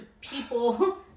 people